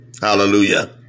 Hallelujah